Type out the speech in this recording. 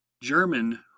German